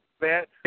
bet